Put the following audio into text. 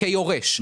-- שלו כיורש.